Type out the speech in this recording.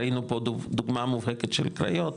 ראינו פה דוגמא מובהקת של קריות,